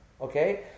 Okay